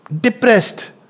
Depressed